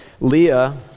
Leah